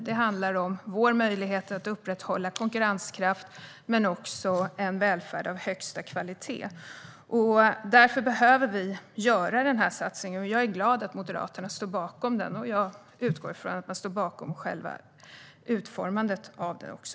Det handlar om vår möjlighet att upprätthålla konkurrenskraft men också en välfärd av högsta kvalitet. Därför behöver vi göra den här satsningen. Jag är glad att Moderaterna står bakom den och utgår från att man står bakom själva utformningen av den också.